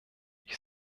ich